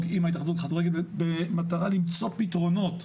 עם ההתאחדות לכדורגל במטרה למצוא פתרונות.